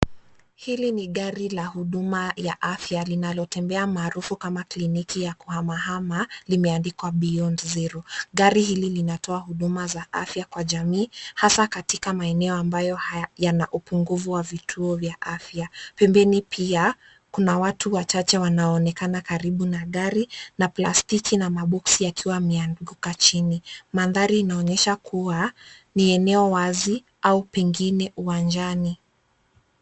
Hili ni gari la huduma ya afya linalotembea maarufu kama kliniki ya kuhamahama; limeandikwa Beyond Zero. Gari hili linatoa huduma za afya kwa jamii; hasa katika maeneo ambayo yana upungufu wa vituo vya afya. Pembeni pia kuna watu wachache wanaonekana karibu na gari, na plastiki na maboksi yakiwa yameanguka chini. Mandhari yanaonyesha kuwa ni eneo wazi au pengine uwanjani.